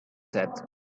said